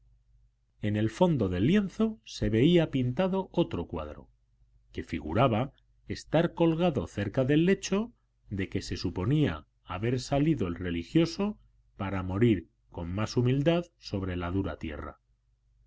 en el fondo del lienzo se veía pintado otro cuadro que figuraba estar colgado cerca del lecho de que se suponía haber salido el religioso para morir con más humildad sobre la dura tierra